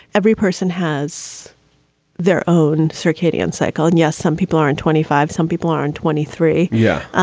every person has their own circadian cycle. and yes, some people are in twenty five. some people are on twenty three. yeah.